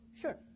Sure